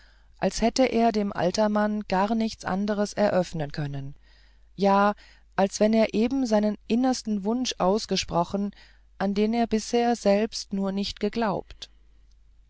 als hätte er dem altermann gar nichts anders eröffnen können ja als wenn er eben seinen innersten wunsch ausgesprochen an den er bisher selbst nur nicht geglaubt